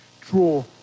draw